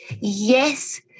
Yes